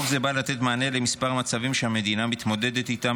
חוק זה בא לתת מענה לכמה מצבים שהמדינה מתמודדת איתם